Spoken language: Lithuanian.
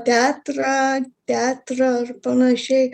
teatrą teatrą ar panašiai